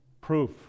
Proof